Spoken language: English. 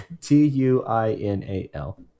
t-u-i-n-a-l